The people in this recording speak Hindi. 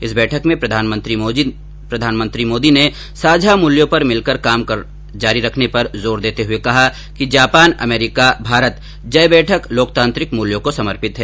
इस बैठक में प्रधानमंत्री मोदी ने साझा मूल्यों पर मिलकर काम जारी रखने पर जोर देते हुए कहा कि जापान अमरीका भारत जय बैठक लोकतांत्रिक मूल्यों को समर्पित है